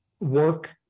work